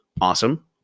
awesome